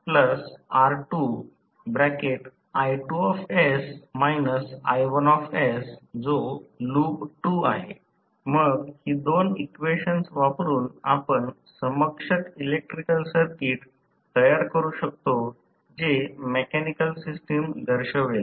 तर मग ही दोन इक्वेशन्स वापरुन आपण समकक्ष इलेक्ट्रिकल सर्किट तयार करू शकतो जे मेकॅनिकल सिस्टम दर्शवेल